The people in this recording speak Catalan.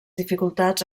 dificultats